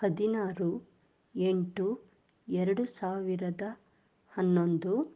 ಹದಿನಾರು ಎಂಟು ಎರಡು ಸಾವಿರದ ಹನ್ನೊಂದು